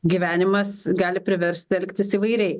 gyvenimas gali priversti elgtis įvairiai